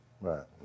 Right